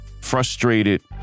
frustrated